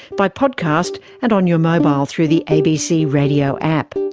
by podcast and on your mobile through the abc radio app.